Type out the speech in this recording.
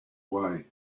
way